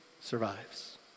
survives